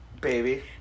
Baby